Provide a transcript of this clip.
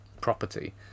property